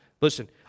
listen